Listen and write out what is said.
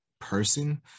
person